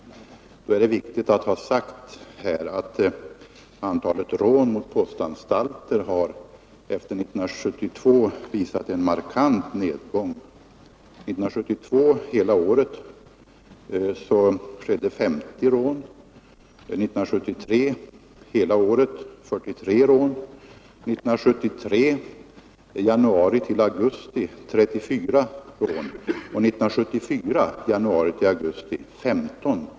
Det är då viktigt att framhålla att antalet rån mot postanstalter efter 1972 har visat en markant nedgång. Hela året 1972 skedde 50 rån och hela året 1973 43 rån. Under tiden januari-augusti 1973 skedde 34 rån, och under tiden januari-augusti 1974 skedde 15 rån.